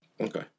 Okay